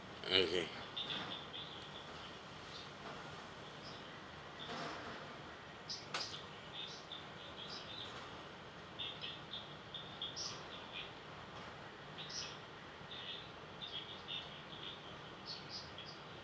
okay